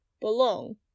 belong